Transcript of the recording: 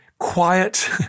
quiet